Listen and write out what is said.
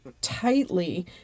tightly